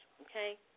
Okay